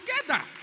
together